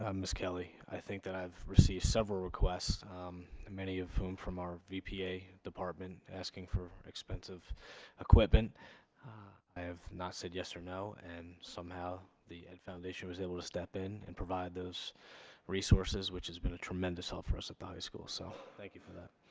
um miss kelly i think that i've received several requests and many of whom from our vpa department asking for expensive equipment i have not said yes or no and somehow the ed foundation was able to step in and provide those resources which has been a tremendous ah resources so at the high school so thank you for that